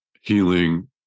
healing